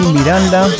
Miranda